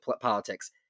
politics